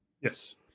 Yes